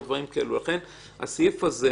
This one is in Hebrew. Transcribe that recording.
לכן הסעיף הזה